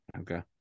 Okay